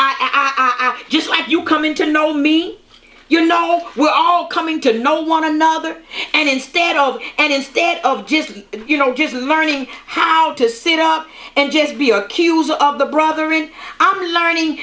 am just like you coming to know me you know we're all coming to know one another and instead of and instead of just you know give learning how to sit up and just be accused of the brother in our learning